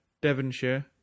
Devonshire